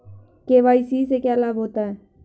KYC से क्या लाभ होता है?